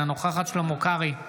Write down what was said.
אינה נוכחת שלמה קרעי,